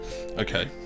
Okay